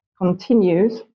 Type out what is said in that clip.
continues